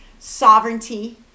sovereignty